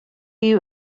you